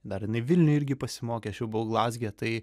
dar jinai vilniuj irgi pasimokė aš jau buvau glazge tai